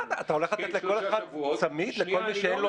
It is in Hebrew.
מה, אתה הולך לתת צמיד לכל מי שאין לו סמארטפון?